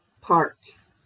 parts